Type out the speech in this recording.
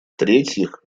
третьих